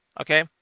Okay